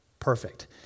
Perfect